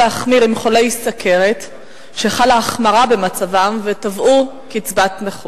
להחמיר עם חולי סוכרת שחלה החמרה במצבם ותבעו קצבת נכות.